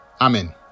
Amen